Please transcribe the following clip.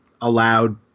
allowed